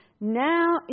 now